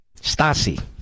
Stasi